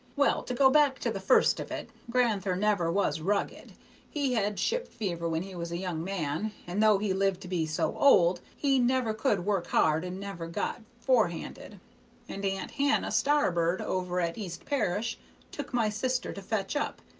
well, to go back to the first of it, gran'ther never was rugged he had ship-fever when he was a young man, and though he lived to be so old, he never could work hard and never got forehanded and aunt hannah starbird over at east parish took my sister to fetch up,